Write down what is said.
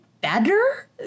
better